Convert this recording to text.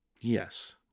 Yes